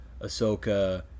ahsoka